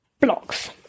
blocks